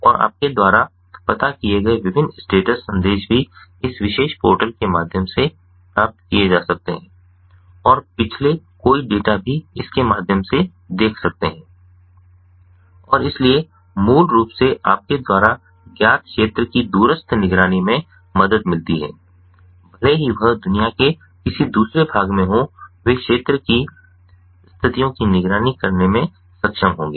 और आपके द्वारा पता किए गए विभिन्न स्टेटस संदेश भी इस विशेष पोर्टल के माध्यम से प्राप्त किए जा सकते हैं और पिछले कोई डेटा भी इस के माध्यम से देख सकते हैं और इसलिए मूल रूप से आपके द्वारा ज्ञात क्षेत्र की दूरस्थ निगरानी में मदद मिलती है भले ही वह दुनिया के किसी दूसरे भाग में हो वे क्षेत्र की स्थितियों की निगरानी करने में सक्षम होंगे